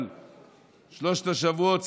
אבל שלושת השבועות,